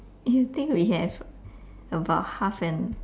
you think we have about half an